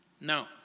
No